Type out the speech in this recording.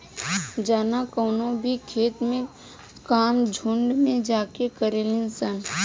जाना कवनो भी खेत के काम झुंड में जाके करेली सन